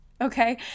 Okay